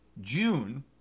June